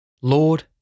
Lord